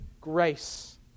grace